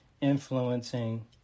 influencing